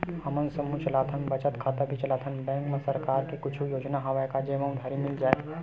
हमन समूह चलाथन बचत खाता भी चलाथन बैंक मा सरकार के कुछ योजना हवय का जेमा उधारी मिल जाय?